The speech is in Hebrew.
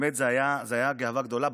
זו הייתה גאווה גדולה.